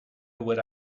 would